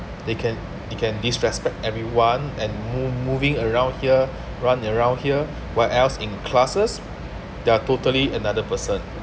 they can they can disrespect everyone and moo~ moving around here run around here where else in classes they're totally another person